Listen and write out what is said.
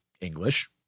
English